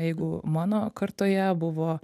jeigu mano kartoje buvo